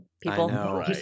People